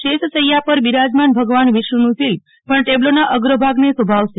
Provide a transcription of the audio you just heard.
શેષ શૈયા પર બિરાજમાન ભગવાન વિષ્યુનું શિલ્પ પણ ટેબ્લોના અગ્રભાગને શોભાવશે